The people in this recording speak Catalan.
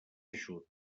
eixut